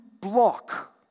block